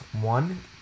One